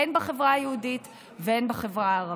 הן בחברה היהודית והן בחברה הערבית.